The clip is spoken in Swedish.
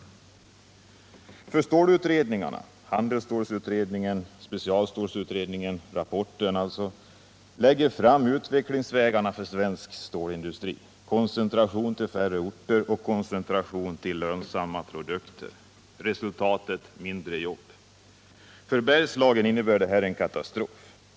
I rapporten från stålutredningarna — handelsstålutredningen och specialstålutredningen — läggs utvecklingsvägarna för svensk stålindustri fram — koncentration till färre orter och koncentration till lönsamma produkter. Resultat: mindre jobb. För Bergslagen innebär detta en katastrof.